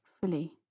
fully